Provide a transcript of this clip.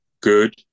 good